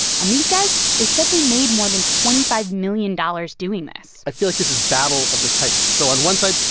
and these guys, they said they made more than twenty five million dollars doing this i feel like this is battle of the titans. so on one side,